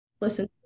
listen